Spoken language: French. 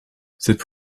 cette